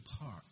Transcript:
Park